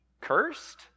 cursed